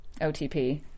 OTP